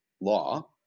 law